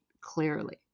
clearly